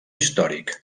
històric